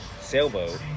sailboat